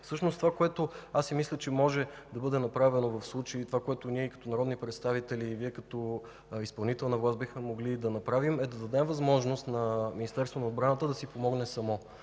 Всъщност това, което аз си мислех, че може да бъде направено в случая, и това, което ние като народни представители и Вие като изпълнителна власт бихме могли да направим, е да дадем възможност на Министерството на отбраната да си помогне само.